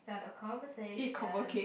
start a conversation